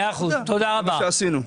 זה מה שעשינו.